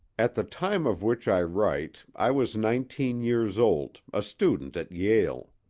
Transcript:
at the time of which i write i was nineteen years old, a student at yale.